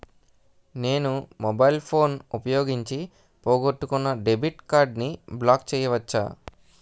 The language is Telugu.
నేను మొబైల్ ఫోన్ ఉపయోగించి పోగొట్టుకున్న డెబిట్ కార్డ్ని బ్లాక్ చేయవచ్చా?